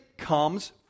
comes